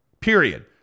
period